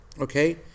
Okay